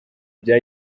bya